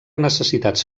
necessitats